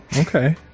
okay